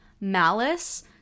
malice